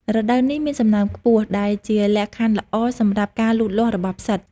រដូវនេះមានសំណើមខ្ពស់ ដែលជាលក្ខខណ្ឌល្អសម្រាប់ការលូតលាស់របស់ផ្សិត។